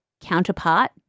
counterpart